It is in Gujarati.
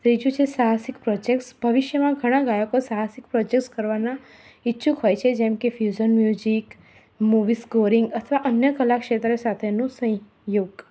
ત્રીજું છે સાહસિક પ્રોજેક્ટ્સ ભવિષ્યમાં ઘણા ગાયકો સાહસિક પ્રોજેક્ટ્સ કરવાના ઇચ્છુક હોય છે જેમકે ફ્યૂઝન મ્યુઝિક મૂવી સ્કોરિંગ અથવા અન્ય કલા ક્ષેત્ર સાથેનું સંયોગ